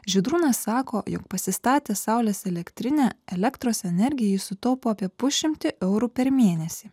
žydrūnas sako jog pasistatęs saulės elektrinę elektros energiją jis sutaupo apie pusšimtį eurų per mėnesį